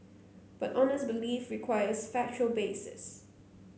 but honest belief requires factual basis